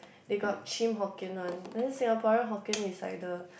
they got chim Hokkien one then Singaporean Hokkien is like the